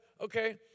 okay